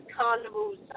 carnivals